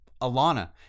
Alana